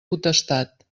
potestat